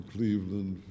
Cleveland